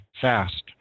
fast